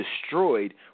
destroyed